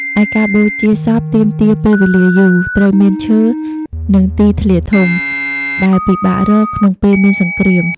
ឯការបូជាសពទាមទារពេលវេលាយូរ ត្រូវមានឈើ និងទីធ្លាធំ ដែលពិបាករកក្នុងពេលមានសង្គ្រាម។